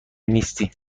نیستی